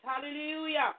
Hallelujah